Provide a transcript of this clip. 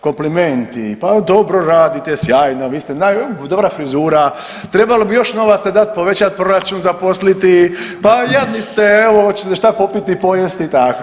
Komplimenti pa dobro radite, sjajno, vi ste naj, dobra frizura, trebalo bi još novaca dati, povećati proračun, zaposliti, pa jadni ste, evo hoćete šta popiti, pojesti i tako.